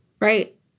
right